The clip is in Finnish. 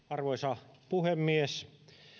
arvoisa puhemies